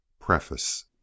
Preface